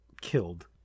killed